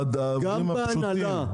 גם בהנהלה,